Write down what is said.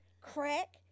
crack